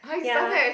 ya